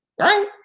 Right